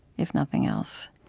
if nothing else